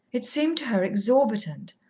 it seemed to her exorbitant,